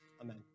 Amen